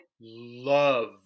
love